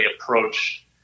approach